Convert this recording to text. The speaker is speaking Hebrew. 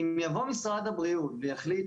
אם יבוא משרד הבריאות ויחליט